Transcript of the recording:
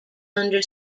under